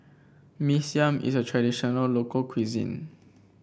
Mee Siam is a traditional local cuisine